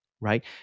Right